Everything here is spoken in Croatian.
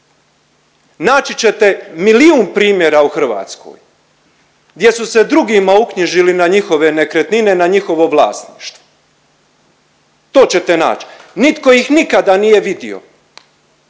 Naći ćete milijun primjera u Hrvatskoj gdje su se drugima uknjižili na njihove nekretnine, na njihovo vlasništvo. To ćete nać. Nitko ih nikada nije vidio.